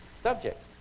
subject